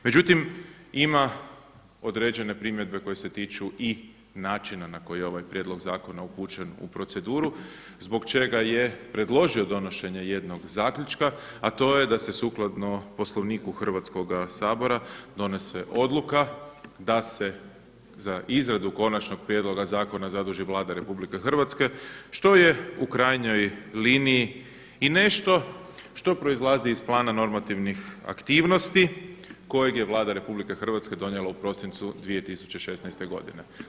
Međutim, ima određene primjedbe koje se tiču i načina na koji je ovaj prijedlog zakona upućen u proceduru zbog čega je predložio donošenje jednog zaključka, a to je da se sukladno Poslovniku Hrvatskoga sabora donese odluka da se za izradu konačnog prijedloga zakona zaduži Vlada Republike Hrvatske što je u krajnjoj liniji i nešto što proizlazi iz plana normativnih aktivnosti kojeg je Vlada Republike Hrvatske donijela u prosincu 2016. godine.